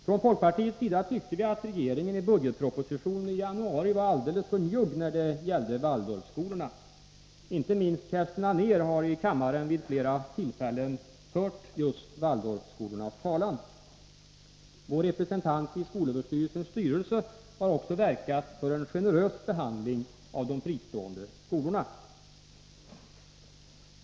Från folkpartiets sida tyckte vi att regeringen i budgetpropositionen i januari var alldeles för njugg när det gällde Waldorfskolorna. Inte minst Kerstin Anér har i kammaren vid flera tillfällen fört just Waldorfskolornas talan. Vår representant i skolöverstyrelsens styrelse har också verkat för en generös behandling av de fristående skolorna.